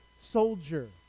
soldier